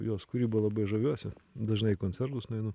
jos kūryba labai žaviuosi dažnai į koncertus nueinu